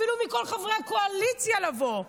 אפילו מכל חברי הקואליציה לבוא.